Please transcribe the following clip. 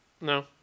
No